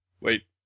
wait